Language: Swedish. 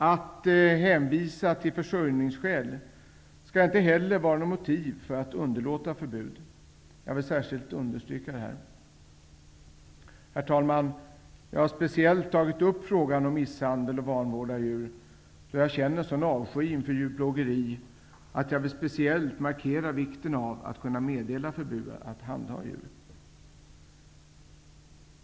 Att hänvisa till försörjningsskäl skall inte heller vara något motiv för att underlåta att meddela förbud. Jag vill särskilt understryka detta. Herr talman! Jag har speciellt tagit upp frågan om misshandel och vanvård av djur, då jag känner sådan avsky inför djurplågeri att jag vill särskilt markera vikten av att kunna meddela förbud att handha djur.